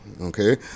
Okay